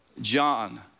John